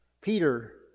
Peter